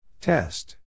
Test